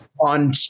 On